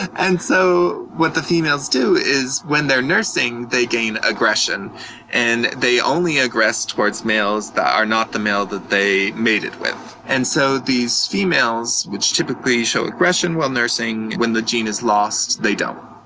and so, what the females do is, when they're nursing, they gain aggression and they only aggress towards males that are not the male that they mated it with. and so these females, which typically show aggression while nursing, when the gene is lost they don't.